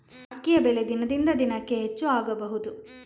ಅಕ್ಕಿಯ ಬೆಲೆ ದಿನದಿಂದ ದಿನಕೆ ಹೆಚ್ಚು ಆಗಬಹುದು?